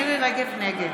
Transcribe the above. נגד